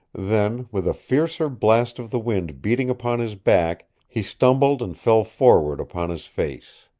then, with a fiercer blast of the wind beating upon his back, he stumbled and fell forward upon his face.